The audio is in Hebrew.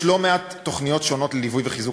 יש לא מעט תוכניות שונות לליווי ולחיזוק